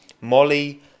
Molly